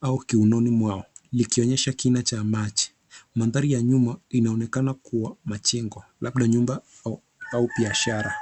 au kiononi mwao likionyesha kina cha maji. Mandhari ya nyuma inaonekana kuwa majengo labda nyumba au biashara.